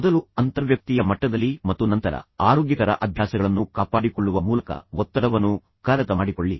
ಮೊದಲು ಅಂತರ್ವ್ಯಕ್ತೀಯ ಮಟ್ಟದಲ್ಲಿ ಮತ್ತು ನಂತರ ಆರೋಗ್ಯಕರ ಅಭ್ಯಾಸಗಳನ್ನು ಕಾಪಾಡಿಕೊಳ್ಳುವ ಮೂಲಕ ಒತ್ತಡವನ್ನು ಕರಗತ ಮಾಡಿಕೊಳ್ಳಿ